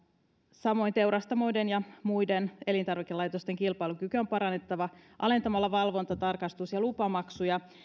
samoin teurastamoiden ja muiden elintarvikelaitosten kilpailukykyä on parannettava alentamalla valvonta tarkastus ja lupamaksuja